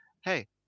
hey